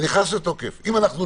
אם לא